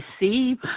receive